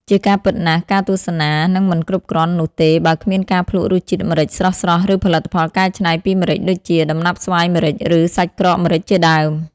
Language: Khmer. ជាការពិតណាស់ ការទស្សនានឹងមិនគ្រប់គ្រាន់នោះទេ បើគ្មានការភ្លក្សរសជាតិម្រេចស្រស់ៗ ឬផលិតផលកែច្នៃពីម្រេចដូចជា ដំណាប់ស្វាយម្រេច ឬសាច់ក្រកម្រេចជាដើម។